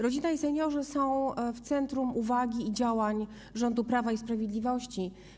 Rodzina i seniorzy są w centrum uwagi i działań rządu Prawa i Sprawiedliwości.